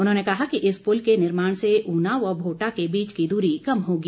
उन्होंने कहा कि इस पुल के निर्माण से उना व भोटा के बीच की दूरी कम होगी